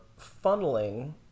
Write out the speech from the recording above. funneling